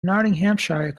nottinghamshire